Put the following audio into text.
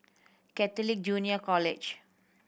Catholic Junior College